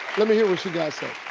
let me hear what you guys say.